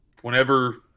whenever